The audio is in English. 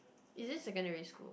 is this secondary school